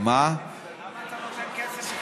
למה אתה נותן כסף,